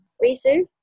Risu